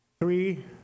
three